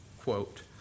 quote